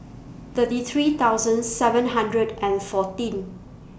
thirty three thousand seven hundred and fourteen